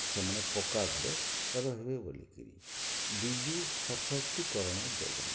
ସେମାନେ ପକ୍କା ଘରେ ରହେବେ ବୋଲିକିରି ବିଜୁସଶକ୍ତିକରଣ ଯୋଜନା